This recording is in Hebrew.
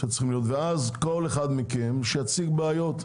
וכל אחד מכם, שיציג בעיות.